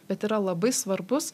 bet yra labai svarbus